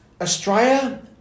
Australia